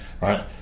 right